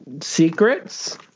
Secrets